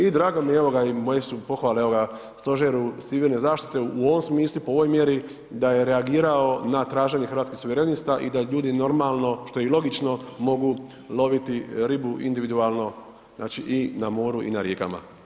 I drago mi je evo ga i moje su pohvale evo ga stožeru civilne zaštite u ovom smislu, po ovoj mjeri da je reagirao na traženje Hrvatskih suverenista i da ljudi normalno, što je i logično mogu loviti ribu individualno znači i na moru i na rijekama.